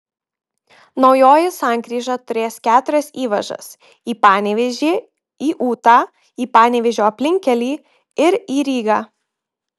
naujoji sankryža turės keturias įvažas į panevėžį į ūtą į panevėžio aplinkkelį ir į rygą